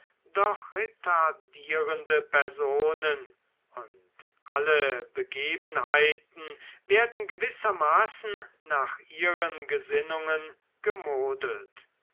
doch retardierende personen und alle begebenheiten werden gewissermaßen nach ihren gesinnungen gemodelt